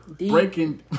breaking